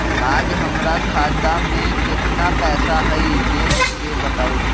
आज हमरा खाता में केतना पैसा हई देख के बताउ?